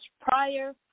prior